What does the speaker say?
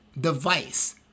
device